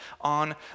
on